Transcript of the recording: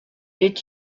est